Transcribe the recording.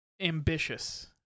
ambitious